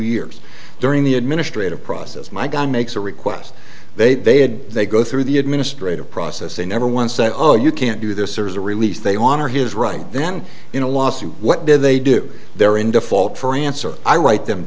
years during the administrative process my gun makes a request they they had they go through the administrative process they never once say oh you can't do this there's a release they honor his right then in a lawsuit what did they do they're in default for answer i write them